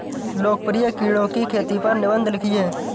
लोकप्रिय कीड़ों की खेती पर निबंध लिखिए